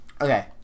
Okay